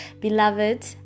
Beloved